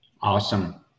Awesome